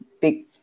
big